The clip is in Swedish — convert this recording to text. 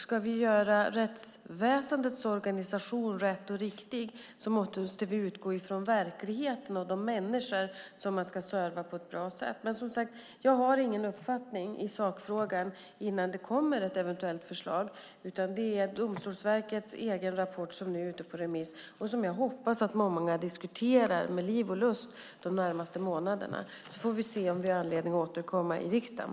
Ska vi göra rättsväsendets organisation rätt och riktig måste vi utgå från verkligheten och de människor som man ska serva på ett bra sätt. Men, som sagt, jag har ingen uppfattning i sakfrågan innan det kommer ett eventuellt förslag. Det är Domstolsverkets egen rapport som nu är ute på remiss och som jag hoppas att många diskuterar med liv och lust de närmaste månaderna, så får vi se om vi har anledning att återkomma i riksdagen.